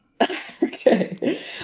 Okay